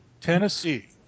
Tennessee